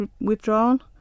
withdrawn